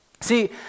See